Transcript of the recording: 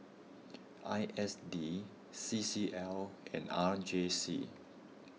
I S D C C L and R J C